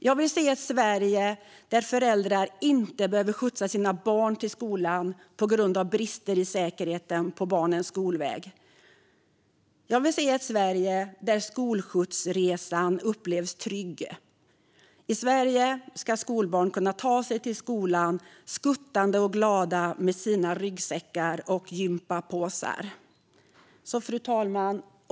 Jag vill se ett Sverige där föräldrar inte behöver skjutsa sina barn till skolan på grund av brister i säkerheten på barnens skolväg. Jag vill se ett Sverige där skolskjutsresan upplevs trygg. I Sverige ska skolbarn kunna ta sig till skolan skuttande och glada med sina ryggsäckar och gympapåsar. Fru talman!